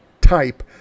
Type